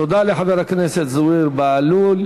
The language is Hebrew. תודה לחבר הכנסת זוהיר בהלול.